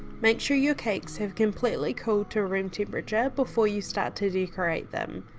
make sure your cakes have completely cooled to room temperature before you start to decorate them.